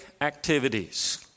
activities